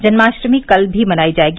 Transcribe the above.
जन्माष्टमी कल भी मनाई जाएगी